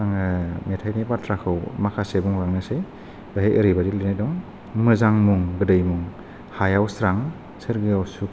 आङो मेथाइनि बाथ्राखौ माखासे बुंबावनोसै बेहाय ओरैबायदि लिरनाय दं मोजां मुं गोदै मुं हायाव स्रां सोरगोआव सुखु